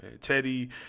Teddy